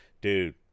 Dude